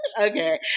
okay